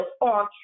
on